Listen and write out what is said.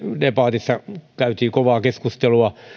debatissa käytiin kovaa keskustelua